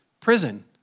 prison